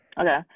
okay